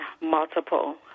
multiple